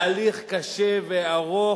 היא באה לתאר תהליך קשה וארוך